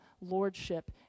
lordship